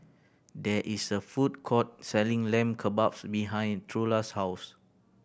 there is a food court selling Lamb Kebabs behind Trula's house